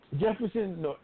Jefferson